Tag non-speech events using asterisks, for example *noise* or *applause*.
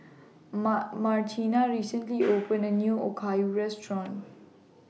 Ma Martina recently *noise* opened A New Okayu Restaurant